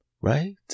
Right